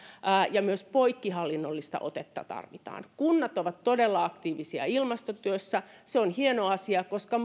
ja myös poikkihallinnollista otetta tarvitaan kunnat ovat todella aktiivisia ilmastotyössä se on hieno asia koska